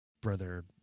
brother